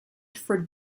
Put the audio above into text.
for